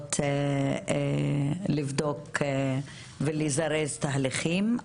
ולנסות לבדוק ולזרז תהליכים.